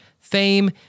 fame